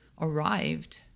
arrived